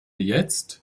jetzt